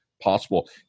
Possible